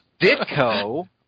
Ditko